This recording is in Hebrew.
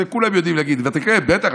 את זה כולם יודעים להגיד: בטח,